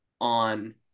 on